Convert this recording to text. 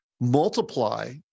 multiply